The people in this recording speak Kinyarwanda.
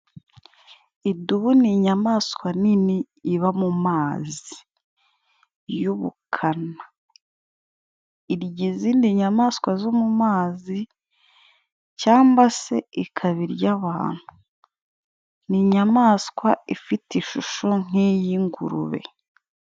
Idubu ni inyamaswa nini iba mu amazi y'ubukana. Irya izindi nyamaswa zo mu amazi cyangwa se ikaba irya abantu. Ni inyamaswa ifite ishusho nk'iy'ingurube.